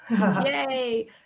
Yay